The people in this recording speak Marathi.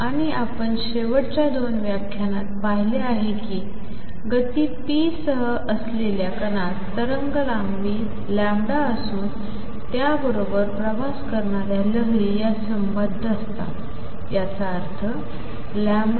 आणि आपण शेवट्याच्या दोन व्याख्यानात पाहीले आहे कि गती p सह असलेल्या कणात तरंगलांबी लंबडा असून त्याबरोबर प्रवास करणा ् लहरीं या संबद्ध असतात याचा अर्थ wavehp